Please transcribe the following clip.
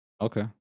Okay